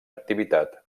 activitat